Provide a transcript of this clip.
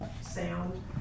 Sound